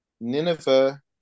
Nineveh